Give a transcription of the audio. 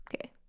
Okay